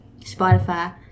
Spotify